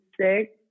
six